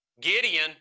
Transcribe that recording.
Gideon